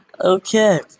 Okay